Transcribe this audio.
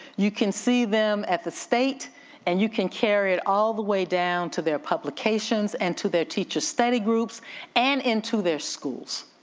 you can see them at the state and you can carry it all the way down to their publications and to their teacher study groups and into their schools.